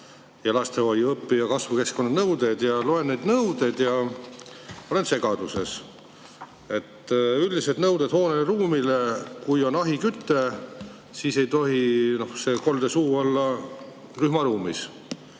ja lastehoiu õpi‑ ja kasvukeskkonna nõuded, siis vaatan ja loen neid nõudeid ja olen segaduses. Üldised nõuded hoonele, ruumile: kui on ahiküte, siis ei tohi koldesuu olla rühmaruumis.